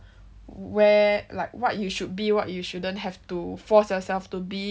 where like what you should be what you shouldn't have to force yourself to be